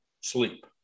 sleep